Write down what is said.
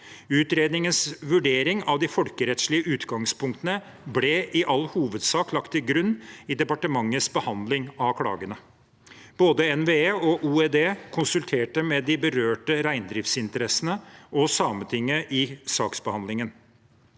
Utredningens vurdering av de folkerettslige utgangspunktene ble i all hovedsak lagt til grunn i departementets behandling av klagene. Både NVE og OED konsulterte med de berørte reindriftsinteressene og Sametinget i saksbehandlingen.